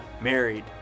married